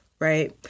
Right